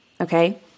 Okay